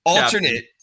Alternate